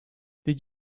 did